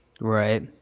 Right